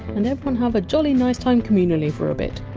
and everyone have a jolly nice time communally for a bit.